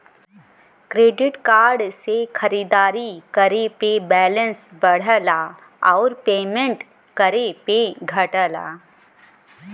credit card से खरीदारी करे पे बैलेंस बढ़ला आउर पेमेंट करे पे घटला